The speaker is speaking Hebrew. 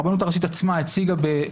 הרבנות הראשית עצמה הציגה עמדה שונה